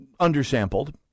undersampled